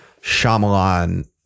Shyamalan